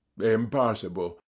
Impossible